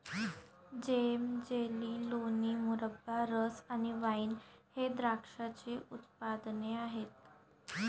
जेम, jelly, लोणी, मुरब्बा, रस आणि वाइन हे द्राक्षाचे उत्पादने आहेत